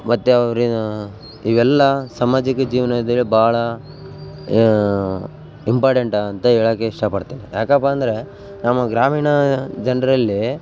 ಮತ್ತು ಅವ್ರು ಇವೆಲ್ಲಾ ಸಾಮಾಜಿಕ ಜೀವನದಲ್ಲಿ ಭಾಳ ಇಂಪಾರ್ಟೆಂಟ್ ಅಂತ ಹೇಳೋಕೆ ಇಷ್ಟ ಪಡ್ತೀನಿ ಯಾಕಪ್ಪ ಅಂದರೆ ನಮ್ಮ ಗ್ರಾಮೀಣ ಜನರಲ್ಲೀ